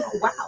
Wow